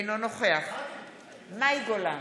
אינו נוכח מאי גולן,